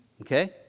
Okay